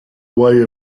way